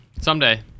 someday